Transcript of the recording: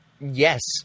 Yes